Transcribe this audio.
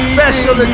Special